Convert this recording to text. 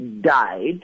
died